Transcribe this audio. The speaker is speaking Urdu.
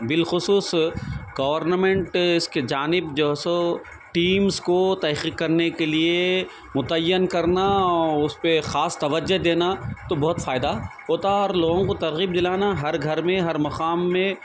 بالخصوص گورنمنٹ اس کی جانب جو ہے سو ٹیمس کو تحقیق کرنے کے لیے متعین کرنا اور اس پہ خاص توجہ دینا تو بہت فائدہ ہوتا اور لوگوں کو ترغیب دلانا ہر گھرمیں ہر مقام میں